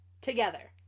together